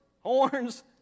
Horns